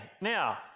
now